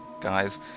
guys